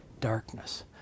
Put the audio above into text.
darkness